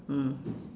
mm